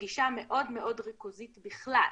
בגישה מאוד מאוד ריכוזית בכלל,